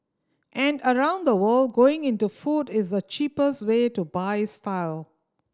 and around the world going into food is the cheapest way to buy style